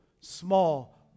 small